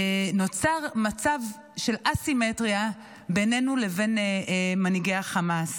נוצר מצב של א-סימטריה בינינו לבין מנהיגי החמאס.